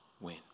win